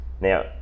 Now